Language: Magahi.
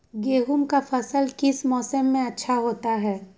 गेंहू का फसल किस मौसम में अच्छा होता है?